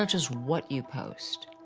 not just what you post,